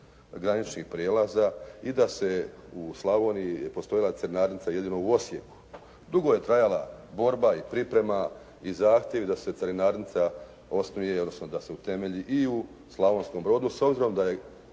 graničnih prijelaza i da se u Slavoniji je postojala carinarnica jedino u Osijeku. Dugo je trajala borba i priprema i zahtjev da se carinarnica osnuje odnosno da se utemelji i u Slavonskom Brodu s obzirom da je